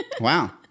wow